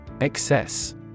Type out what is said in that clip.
Excess